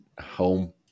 home